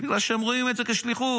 בגלל שהם רואים את זה כשליחות.